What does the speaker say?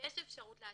ויש אפשרות להצליח.